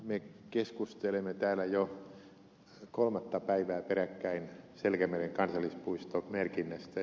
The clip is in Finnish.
me keskustelemme täällä jo kolmatta päivää peräkkäin selkämeren kansallispuiston merkinnästä